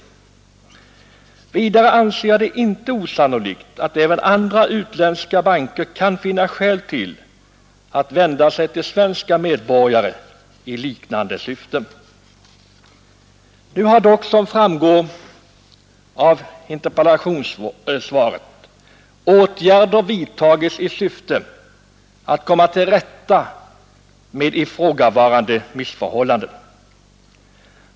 Vidare anser jag det inte osannolikt att även andra utländska banker kan finna skäl till att vända sig till svenska medborgare i liknande syfte. Nu har dock, som framgår av interpellationssvaret, åtgärder vidtagits i syfte att komma till rätta med ifrågavarande missförhållande.